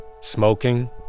Smoking